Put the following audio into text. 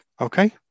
okay